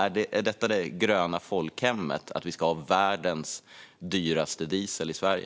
Är detta det gröna folkhemmet - att vi ska ha världens dyraste diesel i Sverige?